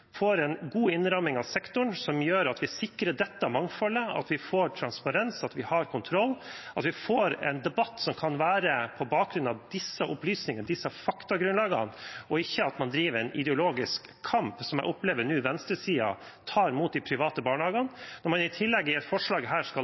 en god innramming av sektoren, som gjør at vi sikrer dette mangfoldet, at vi får transparens, at vi har kontroll, og at vi får en debatt som kan være på bakgrunn av disse opplysningene, disse faktagrunnlagene, og ikke at man driver en ideologisk kamp, som jeg nå opplever at venstresiden tar mot de private barnehagene. Når man i tillegg i et forslag her skal